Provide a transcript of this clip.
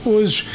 Hoje